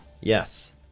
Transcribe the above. Yes